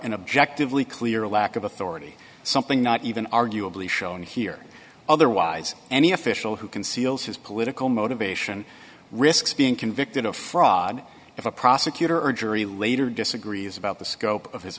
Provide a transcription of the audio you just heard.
an objective lee clear lack of authority something not even arguably shown here otherwise any official who conceals his political motivation risks being convicted of fraud if a prosecutor or jury later disagrees about the scope of his